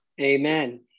Amen